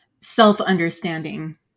self-understanding